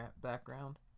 background